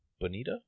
Bonita